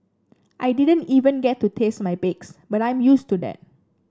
I didn't even get to taste my bakes but I'm used to that